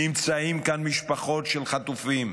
נמצאות כאן משפחות של חטופים,